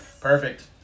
Perfect